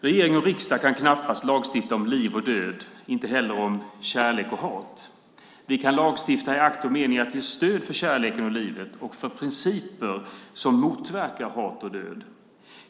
Regering och riksdag kan knappast lagstifta om liv och död, inte heller om kärlek och hat. Vi kan lagstifta i akt och mening att ge stöd för kärleken och livet och för principer som motverkar hat och död.